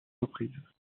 reprises